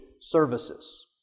services